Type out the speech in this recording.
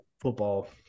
football